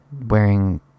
wearing